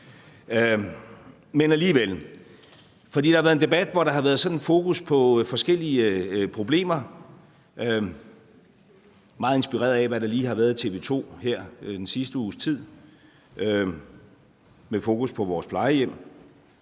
Men alligevel, for der har været en debat, hvor der har været sådan fokus på forskellige problemer meget inspireret af, hvad der lige har været i TV 2 her den sidste uges tid med fokus på vores plejehjem.